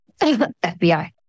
FBI